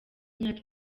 imyaka